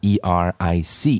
E-R-I-C